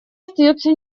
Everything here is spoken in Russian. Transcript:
остается